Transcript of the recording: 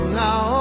now